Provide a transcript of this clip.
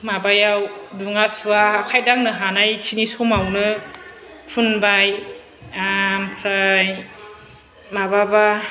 माबायाव दुङा सुवा आखाय दांनो हानाय खिनि समावनो फुनबाय आमफ्राय माबाबा